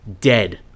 dead